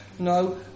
No